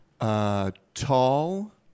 Tall